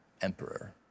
emperor